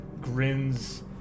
grins